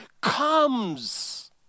comes